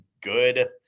good